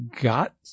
got